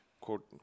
quote